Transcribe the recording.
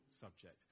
subject